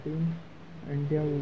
India